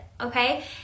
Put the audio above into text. Okay